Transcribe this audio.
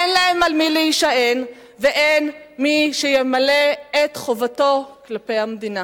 אין להם על מי להישען ואין מי שימלא את חובתו כלפי המדינה.